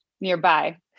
nearby